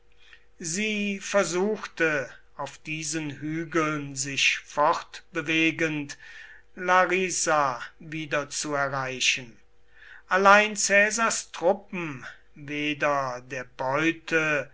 sie versuchte auf diesen hügeln sich fortbewegend larisa wiederzuerreichen allein caesars truppen weder der beute